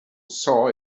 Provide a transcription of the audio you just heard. saw